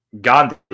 Gandhi